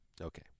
Okay